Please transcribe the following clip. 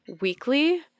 weekly